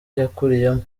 yakuriyemo